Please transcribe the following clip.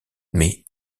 mais